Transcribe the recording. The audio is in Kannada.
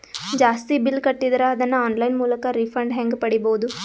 ಜಾಸ್ತಿ ಬಿಲ್ ಕಟ್ಟಿದರ ಅದನ್ನ ಆನ್ಲೈನ್ ಮೂಲಕ ರಿಫಂಡ ಹೆಂಗ್ ಪಡಿಬಹುದು?